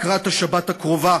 לקראת השבת הקרובה,